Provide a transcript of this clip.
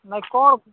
ନାଇଁ କ'ଣ